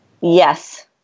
Yes